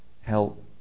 help